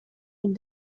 and